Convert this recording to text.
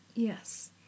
Yes